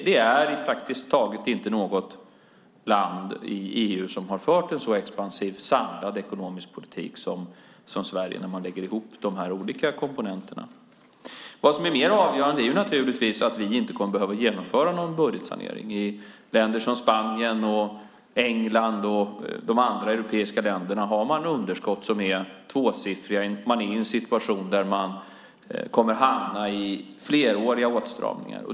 Det finns praktiskt taget inte något land i EU som har fört en sådan expansiv samlad ekonomisk politik som Sverige när man lägger ihop de här olika komponenterna. Vad som är mer avgörande är att vi inte kommer att behöva genomföra någon budgetsanering. I länder som Spanien, England och andra europeiska länder har man underskott som är tvåsiffriga. Man befinner sig i en situation där man kommer att behöva genomföra fleråriga åtstramningar.